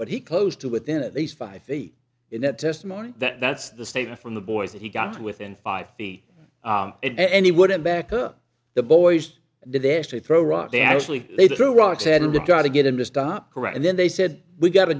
but he closed to within at least five feet in that testimony that's the statement from the boys that he got within five feet and he wouldn't back up the boys did they actually throw rocks they actually they threw rocks at him to try to get him to stop correct and then they said we got a